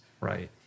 Right